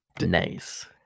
Nice